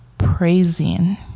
Praising